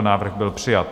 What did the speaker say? Návrh byl přijat.